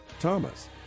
Thomas